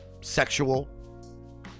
sexual